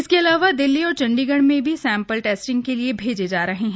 इसके अलावा दिल्ली और चंडीगढ़ में भी सैम्पल टेस्टिंग के लिए भैजे जा रहे हैं